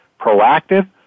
proactive